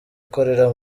ikorera